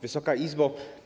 Wysoka Izbo!